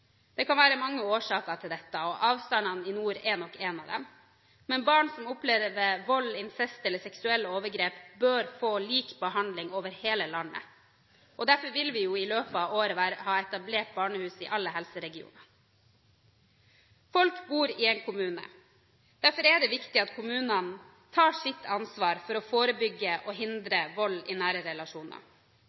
Det kan være mange årsaker til dette og avstandene i nord er nok én av dem. Men barn som opplever vold, incest eller seksuelle overgrep, bør få lik behandling over hele landet, og derfor vil det i løpet av året være etablert barnehus i alle helseregionene. Folk bor i en kommune, derfor er det viktig at kommunene tar sitt ansvar for å forebygge og hindre vold i nære relasjoner.